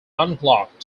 unlock